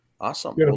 Awesome